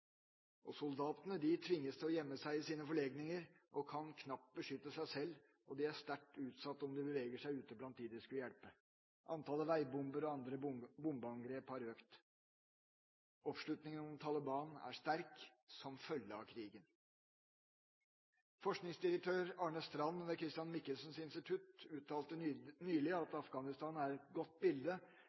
Soldatene tvinges til å gjemme seg i sine forlegninger og kan knapt beskytte seg sjøl, og de er sterkt utsatt om de beveger seg ute blant dem de skulle hjelpe. Antall veibomber og andre bombeangrep har økt. Oppslutningen om Taliban er sterk – som følge av krigen. Forskningsdirektør Arne Strand ved Chr. Michelsens Institutt uttalte nylig at Afghanistan er et godt bilde